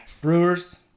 Brewers